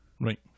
Right